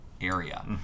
area